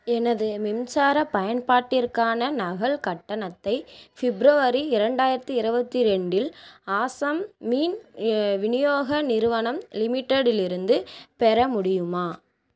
எனது மின்சார பயன்பாட்டிற்கான நகல் கட்டணத்தை ஃபிப்ரவரி இரண்டாயிரத்தி இருபத்தி ரெண்டில் ஆசாமின் விநியோக நிறுவனம் லிமிடெடிலிருந்து பெற முடியுமா